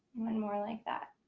one more like that.